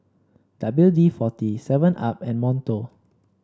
W D forty Seven Up and Monto